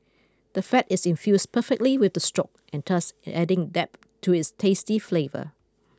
the fat is infused perfectly with the stock and thus adding depth to its tasty flavour